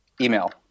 Email